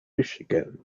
michigan